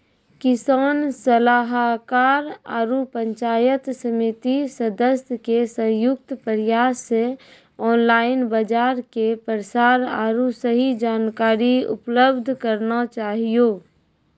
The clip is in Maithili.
किसान सलाहाकार आरु पंचायत समिति सदस्य के संयुक्त प्रयास से ऑनलाइन बाजार के प्रसार आरु सही जानकारी उपलब्ध करना चाहियो?